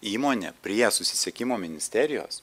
įmonė prie susisiekimo ministerijos